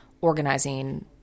organizing